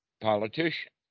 politician